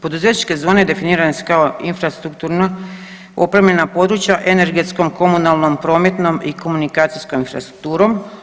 Poduzetničke zone definirane su kao infrastrukturna opremljena područja energetskom komunalnom prometnom i komunikacijskom infrastrukturom.